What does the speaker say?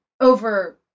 Over